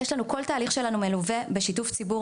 כל התהליך שלנו הוא בשיתוף של הציבור,